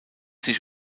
sich